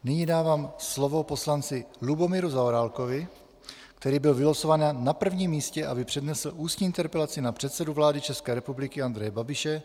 Nyní dávám slovo poslanci Lubomíru Zaorálkovi, který byl vylosován na prvním místě, aby přednesl ústní interpelaci na předsedu vlády České republiky Andreje Babiše.